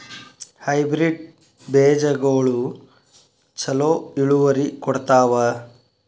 Hybrid ಬೇಜಗೊಳು ಛಲೋ ಇಳುವರಿ ಕೊಡ್ತಾವ?